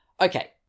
Okay